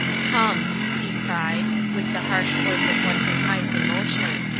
come, he cried, with the harsh voice of one who hides emotion,